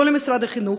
לא למשרד החינוך,